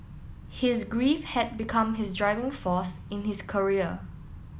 his grief had become his driving force in his career